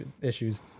issues